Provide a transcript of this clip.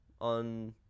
on